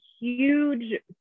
huge